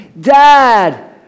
Dad